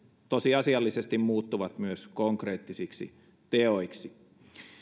tosiasiallisesti muuttuvat myös konkreettisiksi teoiksi